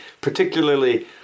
Particularly